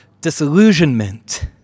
disillusionment